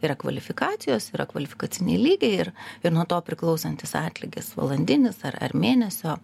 yra kvalifikacijos yra kvalifikaciniai lygiai ir ir nuo to priklausantis atlygis valandinis ar ar mėnesio